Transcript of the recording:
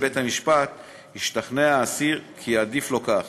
בית-המשפט ישתכנע האסיר כי עדיף לו כך.